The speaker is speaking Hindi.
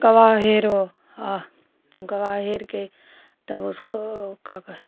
गवाह हेरो गवाह हेर के तब उसको क्या कहते हैं